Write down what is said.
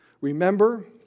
remember